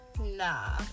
nah